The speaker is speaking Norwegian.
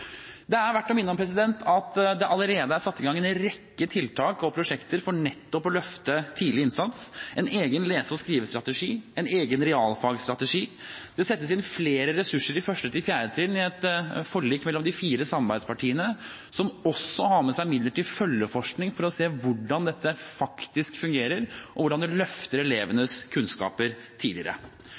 Det er verdt å minne om at det allerede er satt i gang en rekke tiltak og prosjekter for nettopp å løfte tidlig innsats: en egen lese- og skrivestrategi, en egen realfagsstrategi, og det settes inn flere ressurser i 1.–4. trinn i et forlik mellom de fire samarbeidspartiene, som også har med seg midler til følgeforskning for å se hvordan dette faktisk fungerer, og hvordan det løfter elevenes kunnskaper tidligere.